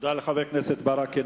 תודה לחבר הכנסת ברכה.